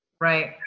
Right